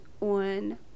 on